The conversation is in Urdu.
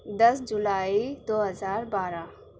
دس جولائی دو ہزار بارہ